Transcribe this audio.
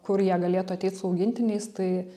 kur jie galėtų ateit su augintiniais tai